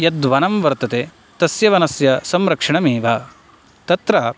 यद्वनं वर्तते तस्य वनस्य संरक्षणम् एव तत्र